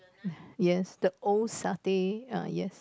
yes the old satay uh yes